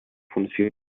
funció